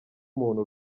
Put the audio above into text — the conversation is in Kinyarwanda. muntu